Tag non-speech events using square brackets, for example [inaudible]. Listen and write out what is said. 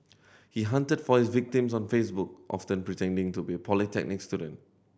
he hunted for victims on Facebook [unintelligible] pretending to be polytechnic student